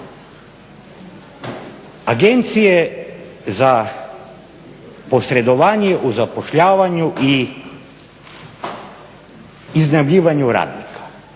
Agencije za posredovanje u zapošljavanju i iznajmljivanju radnika